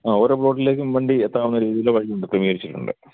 ആ ഓരോ പ്ലോട്ടിലേക്കും വണ്ടി എത്താവുന്ന രീതിയിൽ വഴിയുണ്ട് ക്രമീകരിച്ചിട്ടുണ്ട്